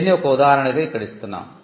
దీనిని ఒక ఉదాహరణగా ఇక్కడ ఇస్తున్నాము